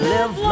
Live